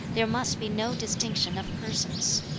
there must be no distinction of persons.